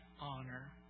honor